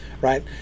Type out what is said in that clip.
right